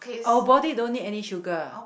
our body don't need any sugar